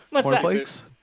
Cornflakes